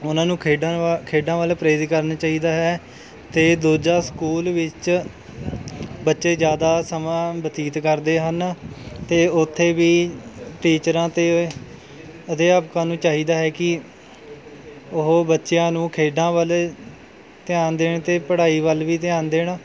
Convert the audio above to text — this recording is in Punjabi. ਉਹਨਾਂ ਨੂੰ ਖੇਡਾਂ ਵ ਖੇਡਾਂ ਵੱਲ ਪ੍ਰੇਰਿਤ ਕਰਨਾ ਚਾਹੀਦਾ ਹੈ ਅਤੇ ਦੂਜਾ ਸਕੂਲ ਵਿੱਚ ਬੱਚੇ ਜ਼ਿਆਦਾ ਸਮਾਂ ਬਤੀਤ ਕਰਦੇ ਹਨ ਅਤੇ ਉੱਥੇ ਵੀ ਟੀਚਰਾਂ ਅਤੇ ਅਧਿਆਪਕਾਂ ਨੂੰ ਚਾਹੀਦਾ ਹੈ ਕਿ ਉਹ ਬੱਚਿਆਂ ਨੂੰ ਖੇਡਾਂ ਵੱਲ ਧਿਆਨ ਦੇਣ ਅਤੇ ਪੜ੍ਹਾਈ ਵੱਲ ਵੀ ਧਿਆਨ ਦੇਣ